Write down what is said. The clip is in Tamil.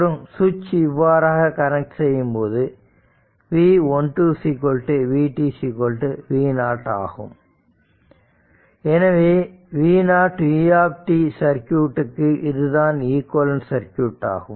மற்றும் சுவிட்ச் இவ்வாறாக கனெக்ட் செய்யும்போது v12 vt v0 ஆகும் எனவே v0 u சர்க்யூட்க்கு இதுதான் ஈக்குவலண்ட் சர்க்யூட் ஆகும்